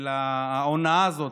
של ההונאה הזאת,